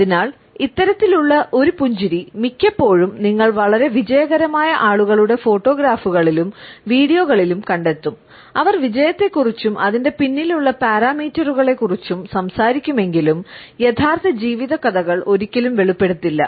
അതിനാൽ ഇത്തരത്തിലുള്ള ഒരു പുഞ്ചിരി മിക്കപ്പോഴും നിങ്ങൾ വളരെ വിജയകരമായ ആളുകളുടെ ഫോട്ടോഗ്രാഫുകളിലും വീഡിയോകളിലും കണ്ടെത്തും അവർ വിജയത്തെക്കുറിച്ചും അതിന്റെ പിന്നിലുള്ള പാരാമീറ്ററുകളെക്കുറിച്ചും സംസാരിക്കുമെങ്കിലും യഥാർത്ഥ ജീവിത കഥകൾ ഒരിക്കലും വെളിപ്പെടുത്തില്ല